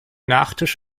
nachtisch